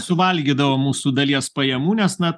suvalgydavo mūsų dalies pajamų nes na